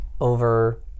over